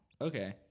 Okay